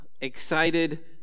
excited